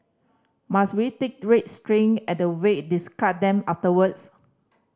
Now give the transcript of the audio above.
must we take red string at the wake discard them afterwards